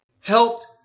helped